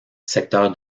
secteur